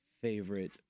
favorite